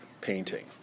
painting